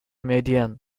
median